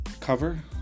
cover